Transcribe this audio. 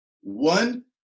One